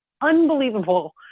unbelievable